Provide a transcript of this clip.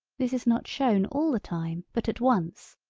this is not shown all the time but at once,